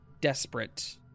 desperate